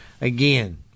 again